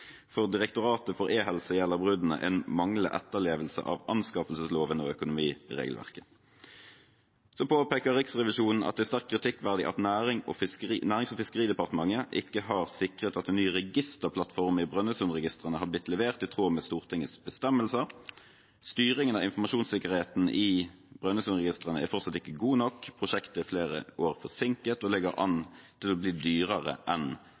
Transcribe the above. For Direktoratet for e-helse gjelder bruddene en manglende etterlevelse av anskaffelsesloven og økonomiregelverket. Så påpeker Riksrevisjonen at det er sterkt kritikkverdig at Nærings- og fiskeridepartementet ikke har sikret at en ny registerplattform i Brønnøysundregistrene har blitt levert i tråd med Stortingets bestemmelser. Styringen av informasjonssikkerheten i Brønnøysundregistrene er fortsatt ikke god nok. Prosjektet er flere år forsinket og ligger an til å bli dyrere enn